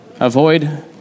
avoid